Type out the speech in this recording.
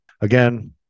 again